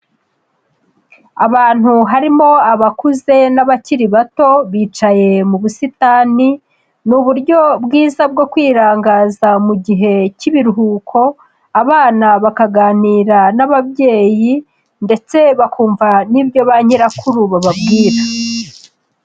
Abantu harimo abakuze n'abakiri bato bicaye mu busitani, ni uburyo bwiza bwo kwirangaza mu gihe cy'ibiruhuko, abana bakaganira n'ababyeyi ndetse bakumva n'ibyo ba nyirakuru bababwira.